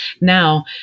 Now